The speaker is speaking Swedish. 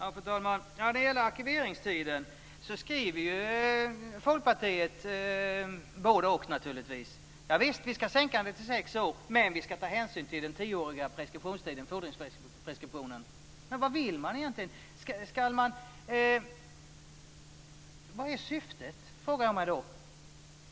Fru talman! När det gäller arkiveringstiden skriver Folkpartiet naturligtvis både-och: Javisst, vi ska förkorta arkiveringstiden till sex år, men vi ska ta hänsyn till den tioåriga fordringspreskriptionen. Vad vill man egentligen? Vad är syftet, frågar jag mig.